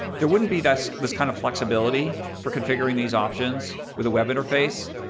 there wouldn't be this this kind of flexibility for configuring these options with a web interface.